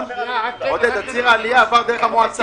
בהיבטים של הניהול,